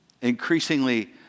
Increasingly